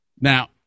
Now